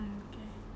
okay